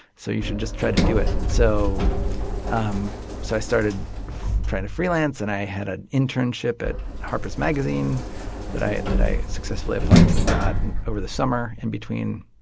so you should just try to do it. so um so i started trying to freelance and i had an internship at harper's magazine that i that i successfully applied to and got and over the summer in between